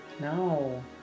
No